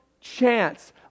chance